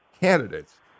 candidates